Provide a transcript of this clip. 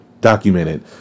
documented